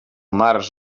març